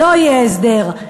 לא יהיה הסדר.